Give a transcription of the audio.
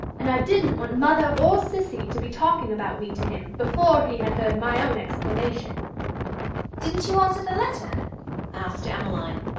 and i didn't want mother or cissy to be talking about me to him before he had heard my own explanation didn't you answer the letter asked emmeline.